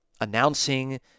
announcing